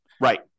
Right